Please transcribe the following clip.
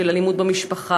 של אלימות במשפחה.